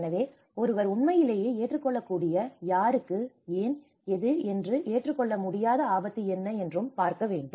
எனவே ஒருவர் உண்மையிலேயே ஏற்றுக்கொள்ளக்கூடியது யாருக்கு என் எது என்றும் ஏற்றுக்கொள்ள முடியாத ஆபத்து என்ன என்றும் பார்க்க வேண்டும்